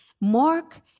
Mark